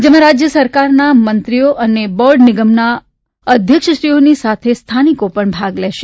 જેમાં રાજ્ય સરકારના મંત્રીશ્રીઓ અને બોર્ડ નિગમોના અધ્યક્ષશ્રીઓની સાથે સ્થાનિકો પણ ભાગ લેશે